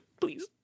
Please